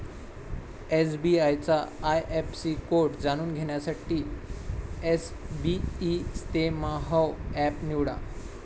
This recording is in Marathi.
एस.बी.आय चा आय.एफ.एस.सी कोड जाणून घेण्यासाठी एसबइस्तेमहो एप निवडा